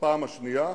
בפעם השנייה.